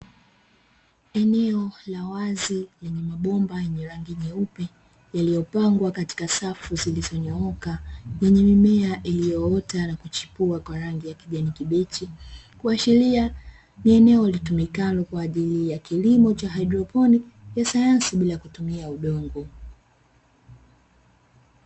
Eneo la wazi lenye mabomba yenye rangi nyeupe yaliyopangwa katika safu iliyonyooka yenye mimea iliyoota na kuchepua kwa rangi ya kijani kibichi, kuashiria ni eneo litumikalo kwa ajili ya kilimo cha haidroponi ya sayansi bila kutumia udongo.